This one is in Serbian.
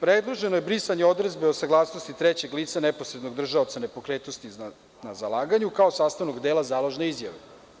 Predloženo je brisanje odredbe o saglasnosti trećeg lica, neposrednog držaoca nepokretnosti na zalaganju, kao sastavnog dela založne izjave.